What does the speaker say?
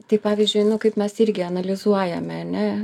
tai pavyzdžiui nu kaip mes irgi analizuojame ane